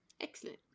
Excellent